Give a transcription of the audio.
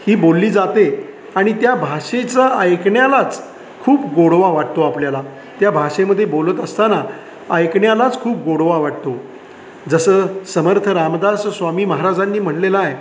ही बोलली जाते आणि त्या भाषेचं ऐकण्यालाच खूप गोडवा वाटतो आपल्याला त्या भाषेमध्ये बोलत असताना ऐकण्यालाच खूप गोडवा वाटतो जसं समर्थ रामदास स्वामी महाराजांनी म्हटलेलं आहे